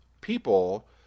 people